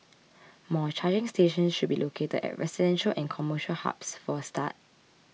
more charging stations should be located at residential and commercial hubs for a start